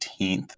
18th